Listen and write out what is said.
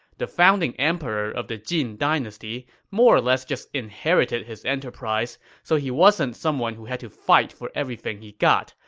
the founding emperor of the jin dynasty more or less just inherited his enterprise, so he wasn't someone who had to fight for everything he got,